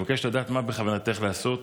אבקש לדעת מה בכוונתך לעשות